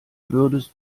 würdest